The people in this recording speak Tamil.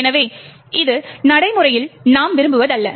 எனவே இது நடைமுறையில் நாம் விரும்புவதல்ல